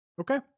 Okay